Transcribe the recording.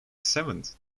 seventh